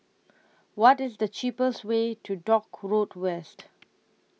What IS The cheapest Way to Dock Road West